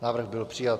Návrh byl přijat.